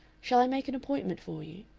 shall i make an appointment for you?